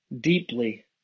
deeply